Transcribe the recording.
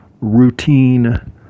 routine